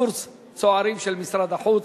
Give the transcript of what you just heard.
קורס צוערים של משרד החוץ.